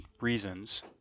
reasons